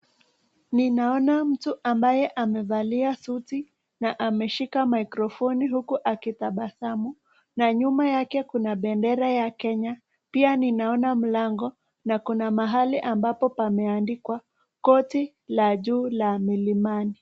Ninaona mtu ambaye amevalia suti na ameshika mikrofoni huku akitabasamu na nyuma yake kuna bendera ya Kenya ,pia ninaona mlango na kuna mahali ambapo pameandikwa, koti la juu la milimani.